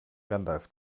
gandalf